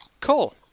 Cool